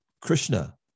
Krishna